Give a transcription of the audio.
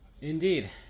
Indeed